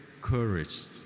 courage